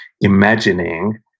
imagining